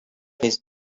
his